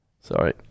Sorry